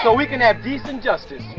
but we can have decent justice.